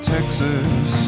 Texas